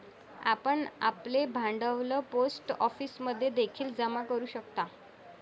आपण आपले भांडवल पोस्ट ऑफिसमध्ये देखील जमा करू शकता